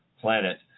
planet